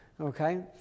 okay